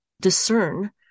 discern